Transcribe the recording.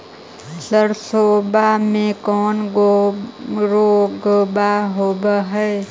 सरसोबा मे कौन रोग्बा होबय है?